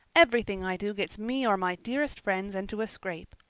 everything i do gets me or my dearest friends into a scrape.